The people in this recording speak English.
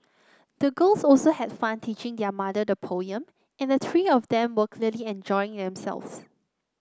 the girls also had fun teaching their mother the poem and the three of them were clearly enjoying themselves